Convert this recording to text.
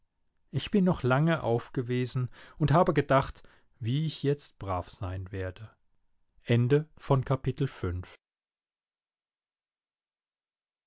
ich bin noch lange aufgewesen und habe gedacht wie ich jetzt brav sein werde